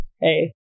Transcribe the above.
Hey